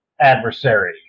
adversary